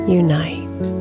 unite